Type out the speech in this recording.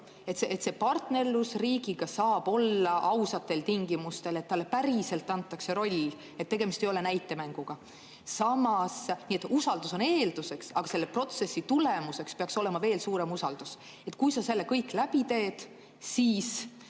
et partnerlus riigiga saab olla ausatel tingimustel ja talle antakse päriselt roll, tegemist ei ole näitemänguga. Nii et usaldus on eelduseks, aga selle protsessi tulemuseks peaks olema veel suurem usaldus. Kui sa selle kõik läbi teed, siis